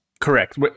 Correct